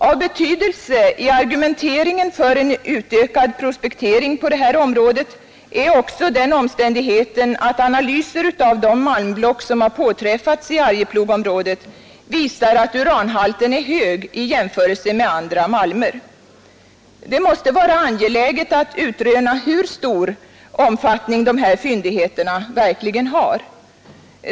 Av betydelse i argumenteringen för en utökad prospektering på det här området är också den omständigheten att analyser av de malmblock som påträffats i Arjeplogområdet visar att uranhalten är hög i jämförelse med andra malmer. Det måste vara angeläget att utröna hur stor omfattning dessa fyndigheter verkligen har.